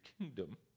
kingdom